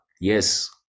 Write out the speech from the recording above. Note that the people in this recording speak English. yes